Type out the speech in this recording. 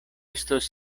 estos